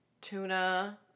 tuna